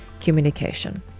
communication